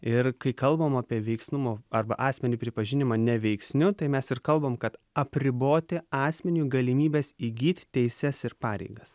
ir kai kalbam apie veiksnumo arba asmenį pripažinimą neveiksniu tai mes ir kalbam kad apriboti asmeniui galimybes įgyt teises ir pareigas